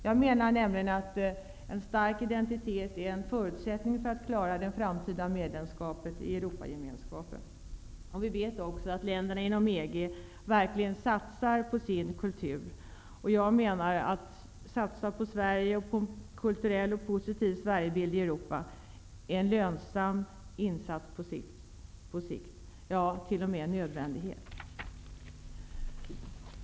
Jag menar nämligen att en stark identitet är en förutsättning för att klara det framtida medlemskapet i Europagemenskapen. Vi vet också att länderna inom EG verkligen satsar på sin kultur. Jag menar att satsa på Sverige, på en kulturell och positiv Sverigebild i Europa, är en lönsam insats på sikt -- ja, t.o.m. en nödvändighet.